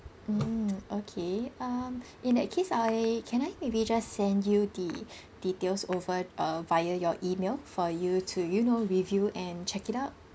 mm okay um in that case I can I maybe just send you the details over uh via your email for you to you know review and check it out